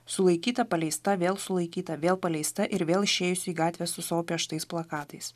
sulaikyta paleista vėl sulaikyta vėl paleista ir vėl išėjusi į gatvę su savo pieštais plakatais